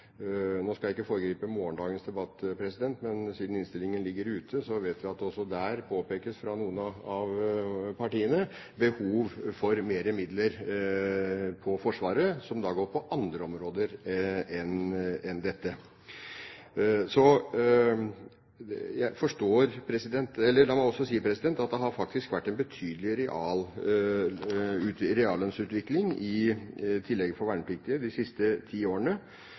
Nå skal jeg ikke foregripe morgendagens debatt, men siden innstillingen ligger ute, vet vi at det også der fra noen partier påpekes behov for flere midler til Forsvaret som går på andre områder enn dette. La meg i tillegg si at det har vært en betydelig reallønnsutvikling for vernepliktige de siste ti årene.